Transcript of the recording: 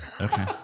Okay